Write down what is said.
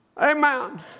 Amen